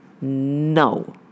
No